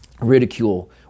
ridicule